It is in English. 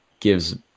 gives